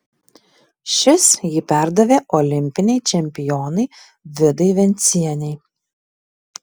šis jį perdavė olimpinei čempionei vidai vencienei